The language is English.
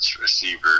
receiver